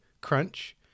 Crunch